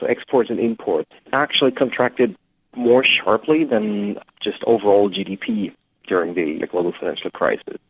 exports and imports, actually contracted more sharply than just overall gdp during the global financial crisis.